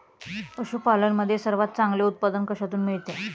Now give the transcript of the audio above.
पशूपालन मध्ये सर्वात चांगले उत्पादन कशातून मिळते?